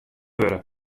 wurde